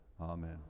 amen